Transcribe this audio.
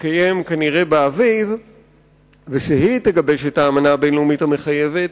שתתקיים כנראה באביב ושהיא תגבש את האמנה הבין-לאומית המחייבת,